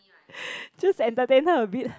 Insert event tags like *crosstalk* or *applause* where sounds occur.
*breath* just entertain her a bit